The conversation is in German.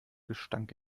gestank